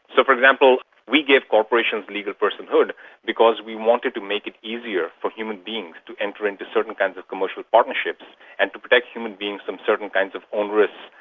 for example, we give corporations legal personhood because we wanted to make it easier for human beings to enter into certain kinds of commercial partnerships and to protect human beings from certain kinds of own risks,